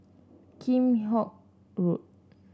Kheam Hock Road